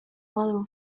modern